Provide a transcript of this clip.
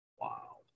Wow